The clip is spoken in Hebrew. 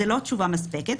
זאת לא תשובה מספקת,